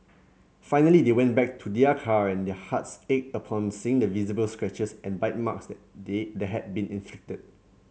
finally they went back to their car and their hearts ached upon seeing the visible scratches and bite marks that they the had been inflicted